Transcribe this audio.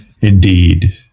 indeed